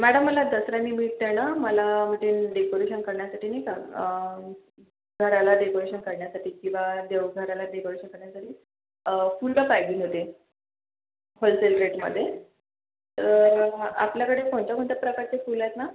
madam मला दसऱ्यानिमित्त न मला मजे डेकोरेशन करण्यासाठी नाही का घराला डेकोरेशन करण्यासाठी किंवा देवघराला डेकोरेशन करण्यासाठी फुलं पाहिजेल होते होलसेल रेटमध्ये तर आपल्याकडे कोणत्याकोणत्या प्रकारची फुलं आहेत मॅम